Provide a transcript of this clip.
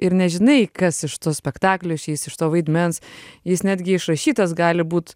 ir nežinai kas iš to spektaklio išeis iš to vaidmens jis netgi išrašytas gali būt